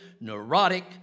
neurotic